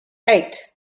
eight